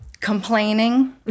Complaining